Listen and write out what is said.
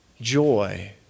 joy